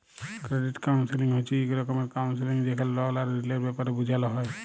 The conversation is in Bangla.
ক্রেডিট কাউল্সেলিং হছে ইক রকমের কাউল্সেলিং যেখালে লল আর ঋলের ব্যাপারে বুঝাল হ্যয়